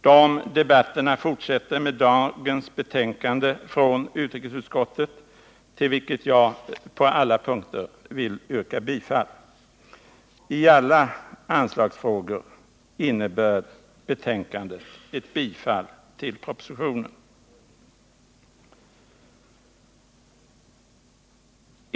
De debatterna fortsätter med dagens betänkande från utrikesutskottet, och jag yrkar på alla punkter bifall till utskottets hemställan. I alla anslagsfrågor innebär utskottets hemställan ett bifall till propositionen.